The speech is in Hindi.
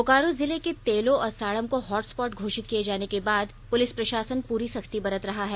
बोकारो जिले के तेलों और साड़म को हॉटस्पॉट घोषित किए जाने के बाद पुलिस प्रशासन पूरी सख्ती बरत रहा है